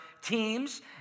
teams